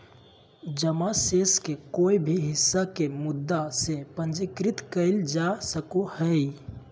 जमा शेष के कोय भी हिस्सा के मुद्दा से पूंजीकृत कइल जा सको हइ